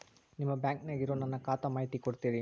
ನಿಮ್ಮ ಬ್ಯಾಂಕನ್ಯಾಗ ಇರೊ ನನ್ನ ಖಾತಾದ ಮಾಹಿತಿ ಕೊಡ್ತೇರಿ?